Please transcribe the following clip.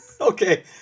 Okay